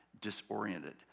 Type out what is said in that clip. disoriented